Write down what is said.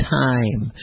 time